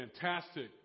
fantastic